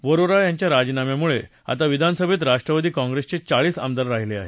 वरोरा याच्या राजीनाम्यामुळे आता विधानसभेत राष्ट्रवादी काँप्रेसचे चाळीस आमदार राहिले आहेत